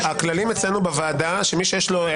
עכשיו בבקשה היועץ המשפטי ימשיך לקרוא,